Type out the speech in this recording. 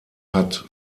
hat